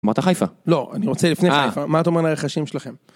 אמרת אתה חיפה? לא, אני רוצה לפני חיפה, מה אתה אומר על הרכשים שלכם?